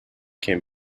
can